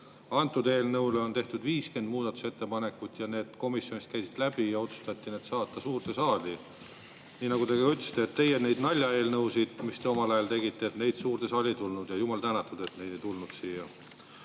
antud eelnõule tehti 50 muudatusettepanekut ja komisjonist käisid need läbi ja otsustati need saata suurde saali. Nii nagu te ka ütlesite, teie naljaeelnõud, mis te omal ajal tegite, suurde saali ei tulnud – ja jumal tänatud, et neid ei tulnud siia.